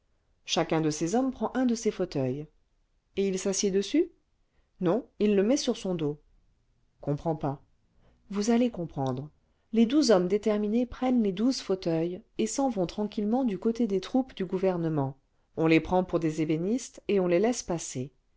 chacun de ces hommes prend un de ces fauteuils et il s'assied dessus non il le met sur son dos comprends pas yous allez comprendre les douze hommes déterminés prennent les douze fauteuils et s'en vont tranquillement du côté des troupes du le vingtième siècle gouvernement on les prend pour des ébénistes et on les laisse passer